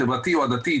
חברתי או עדתי,